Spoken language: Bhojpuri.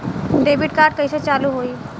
डेबिट कार्ड कइसे चालू होई?